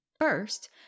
First